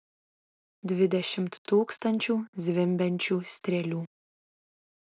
dvidešimt tūkstančių zvimbiančių strėlių